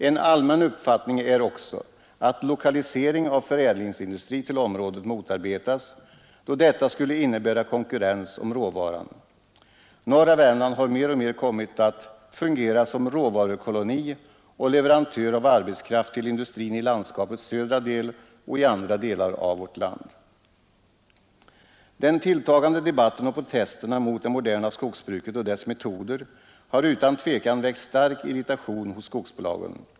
En allmän uppfattning är också att lokalisering av förädlingsindustri till området motarbetas, då detta skulle innebära konkurrens om råvaran. Norra Värmland har mer och mer kommit att fungera som råvarukoloni och leverantör av arbetskraft till industrin i landskapets södra del och i andra delar av vårt land. Den tilltagande debatten om och protesterna mot det moderna skogsbruket och dess metoder har utan tvivel väckt stark irritation hos skogsbolagen.